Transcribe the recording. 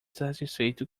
satisfeito